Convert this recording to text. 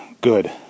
good